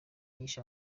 yishe